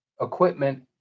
equipment